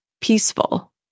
peaceful